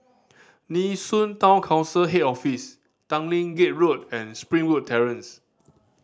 Nee Soon Town Council Head Office Tanglin Gate Road and Springwood Terrace